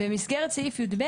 במסגרת סעיף (יב),